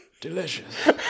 Delicious